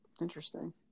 Interesting